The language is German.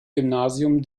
gymnasium